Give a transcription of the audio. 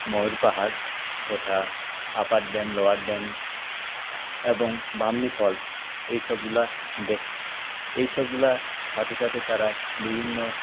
ময়ূর পাহাড় তথা upper dam lower dam এবং Bamni falls এইসবগুলা দেখে এইসবগুলার সাথে সাথে তারা বিভিন্ন